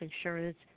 insurance